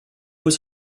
was